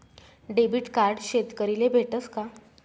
Debit card शेतकरीले भेटस का?